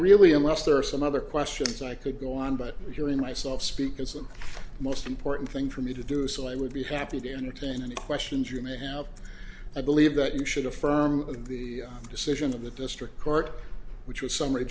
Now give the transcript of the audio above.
really unless there are some other questions i could go on but hearing myself speak isn't most important thing for me to do so i would be happy to entertain any questions you may have i believe that you should affirm the decision of the district court which